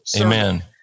Amen